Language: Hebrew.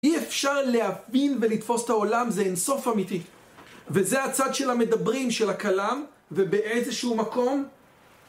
אי אפשר להבין ולתפוס את העולם זה אין סוף אמיתי. וזה הצד של המדברים של הקלאם, ובאיזשהו מקום...